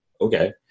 okay